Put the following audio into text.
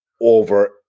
over